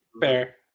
Fair